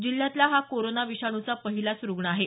जिल्ह्यातला हा कोरोना विषाणूचा पहिलाच रुग्ण आहे